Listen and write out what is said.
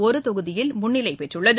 ஒரு தொகுதியில் முன்னிலையில் உள்ளது